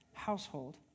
household